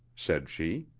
said she.